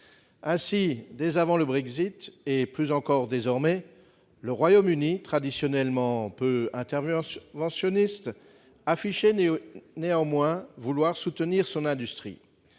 Ainsi, dès avant le Brexit, et plus encore maintenant, le Royaume-Uni, traditionnellement peu interventionniste, affirmait néanmoins vouloir soutenir son industrie.